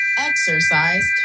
Exercise